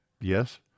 yes